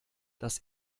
das